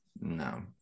No